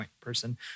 person